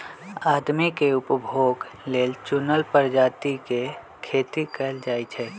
आदमी के उपभोग लेल चुनल परजाती के खेती कएल जाई छई